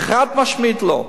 חד-משמעית לא.